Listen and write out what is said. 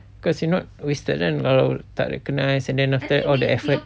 because if not wasted kan kalau tak recognize and then after all the effort